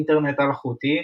אינטרנט אלחוטי,